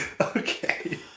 Okay